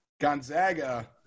Gonzaga